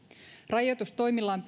rajoitustoimilla on